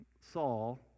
Saul